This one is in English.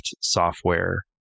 software